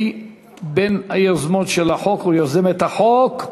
היא בין היוזמות של החוק, או יוזמת החוק.